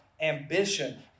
ambition